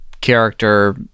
character